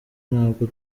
ntabwo